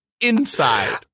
inside